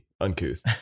uncouth